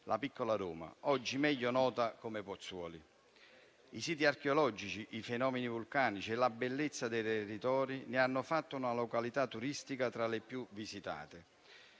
la piccola Roma, oggi meglio nota come Pozzuoli. I siti archeologici, i fenomeni vulcanici e la bellezza dei territori ne hanno fatto una località turistica tra le più visitate